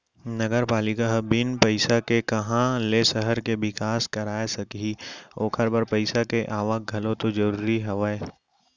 नगरपालिका ह बिन पइसा के काँहा ले सहर के बिकास कराय सकही ओखर बर पइसा के आवक घलौ तो जरूरी हवय